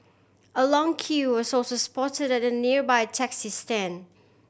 a long queue was also spotted at the nearby taxi stand